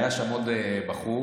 היה שם עוד בחור,